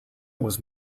was